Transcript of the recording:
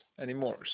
anymore